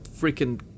freaking